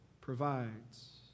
provides